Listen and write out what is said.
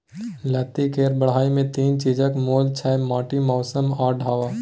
लत्ती केर बढ़य मे तीन चीजक मोल छै माटि, मौसम आ ढाठ